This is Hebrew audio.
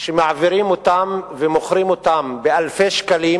שמעבירים אותן ומוכרים אותן באלפי שקלים,